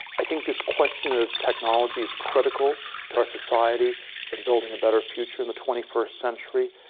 i think this question of technology is critical to our society in building a better future in the twenty first century.